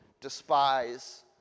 despise